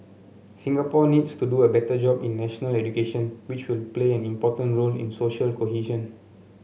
Singapore needs to do a better job in national education which will play an important role in social cohesion